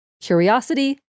curiosity